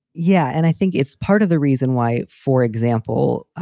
yeah, and i think it's part of the reason why, for example,